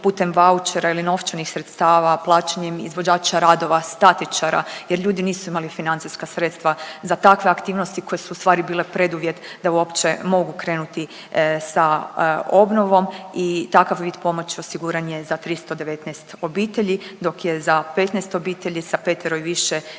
putem vaučera ili novčanih sredstava, plaćanjem izvođača radova statičara jer ljudi nisu imali financijska sredstva za takve aktivnosti koje su ustvari bile preduvjet da uopće mogu krenuti sa obnovom i takav vid pomoći osiguran je za 319 obitelji dok je za 15 obitelji sa 5 i više djece